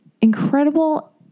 incredible